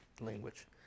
language